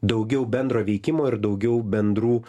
daugiau bendro veikimo ir daugiau bendrų